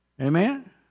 Amen